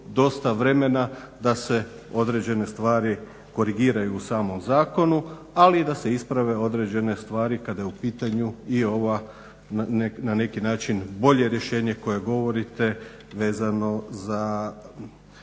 da se određene stvari korigiraju u samom zakonu, ali i da se isprave određene stvari kada je u pitanju i ova, na neki način bolje rješenje koje govorite vezano za